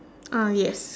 ah yes